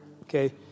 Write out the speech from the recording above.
Okay